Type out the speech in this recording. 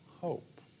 hope